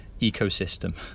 ecosystem